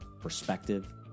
perspective